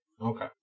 Okay